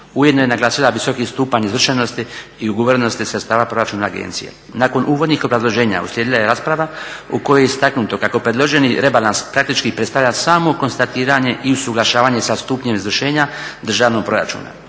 Ujedno je naglasila visoki stupanj izvršenosti i ugovorenosti sredstava proračuna agencije. Nakon uvodnih obrazloženja uslijedila je rasprava u kojoj je istaknuto kako predloženi rebalans praktički predstavlja samo konstatiranje i usuglašavanje sa stupnjem izvršenja državnog proračuna.